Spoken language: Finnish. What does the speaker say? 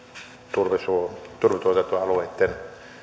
turvetuotantoalueitten